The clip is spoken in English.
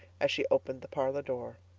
as she opened the parlor door.